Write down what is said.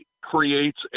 creates